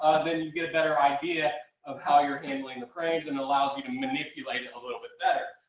then you get a better idea of how you're handling the frames and allows you to manipulate it a little bit better.